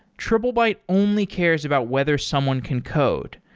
triplebyte only cares about whether someone can code.